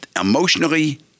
emotionally